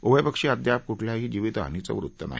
उभयपक्षी अद्याप कुठल्याही जीवितहानीचं वृत्त नाही